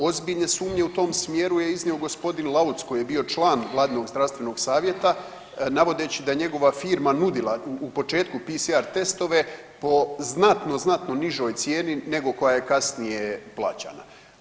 Ozbiljne sumnje u tom smjeru je iznio g. Lauc koji je bio član Vladinog zdravstvenog savjeta navodeći da je njegova firma nudila u početku PCR testove po znatno, znatno nižoj cijeni nego koja je kasnije plaćana.